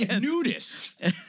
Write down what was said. Nudist